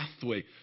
pathway